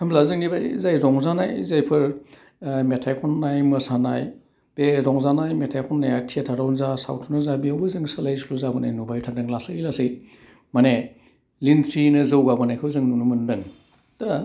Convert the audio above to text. होमब्ला जोंनि बे जाय रंजानाय जायफोर मेथाइ खन्नाय मोसानाय बे रंजानाय मेथाइ खन्नाया थियेटारावनो जा सावथुनाव जा बेवबो जों सोलाइ सोल' जाबोनाय नुबाय थादों लासै लासै माने लिन्थ्रिनो जौगाबोनायखौ जों नुनो मोनदों दा